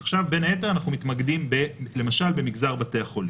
עכשיו בין היתר אנחנו מתמקדים למשל במגזר בתי החולים.